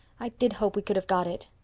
i did hope we could have got it.